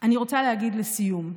אני רוצה להגיד לסיום,